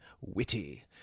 witty